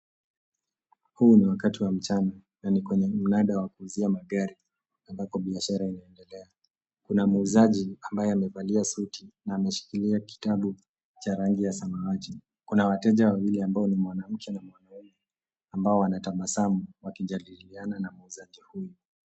Huu ni wakati wa mchana, na ni kwenye mnada wa kuuzia magari ambako biashara inaendelea. Kuna muuzaji ambaye amevalia suti na ameshikilia kitabu cha rangi ya samawati. Kuna wateja wawili ambao ni mwanamke na mwanaume ambao wanatabasamu wakijadiliana na mwenzake huyu.